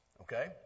Okay